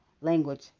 language